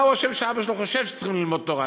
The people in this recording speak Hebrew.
מה הוא אשם שאבא שלו חושב שצריך ללמוד תורה?